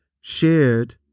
shared